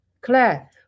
Claire